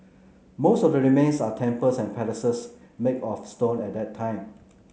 most of the remains are temples and palaces make of stone at that time